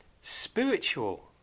Spiritual